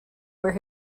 where